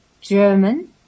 German